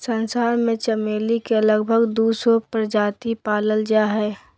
संसार में चमेली के लगभग दू सौ प्रजाति पाल जा हइ